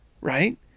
right